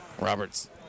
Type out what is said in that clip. Roberts